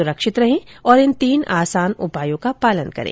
सुरक्षित रहें और इन तीन आसान उपायों का पालन करें